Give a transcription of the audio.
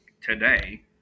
today